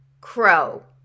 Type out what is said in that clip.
crow